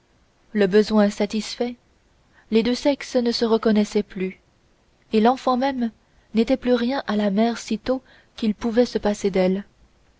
le besoin satisfait les deux sexes ne se reconnaissaient plus et l'enfant même n'était plus rien à la mère sitôt qu'il pouvait se passer d'elle